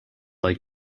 like